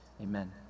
Amen